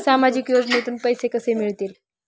सामाजिक योजनेतून पैसे कसे मिळतील?